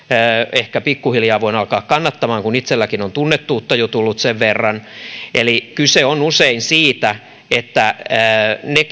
ehkä pikkuhiljaa voin alkaa kannattamaan kun itselläkin on tunnettuutta jo tullut sen verran eli kyse on usein siitä että ne